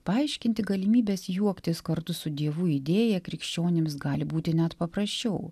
paaiškinti galimybės juoktis kartu su dievu idėją krikščionims gali būti net paprasčiau